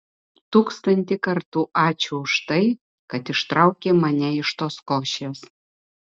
tūkstantį kartų ačiū už tai kad ištraukei mane iš tos košės